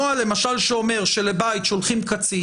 נוהל למשל שאומר שלבית שולחים קצין,